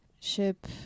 ship